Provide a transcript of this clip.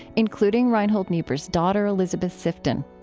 including reinhold niebuhr's daughter, elisabeth sifton.